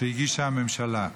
שהגישה הממשלה.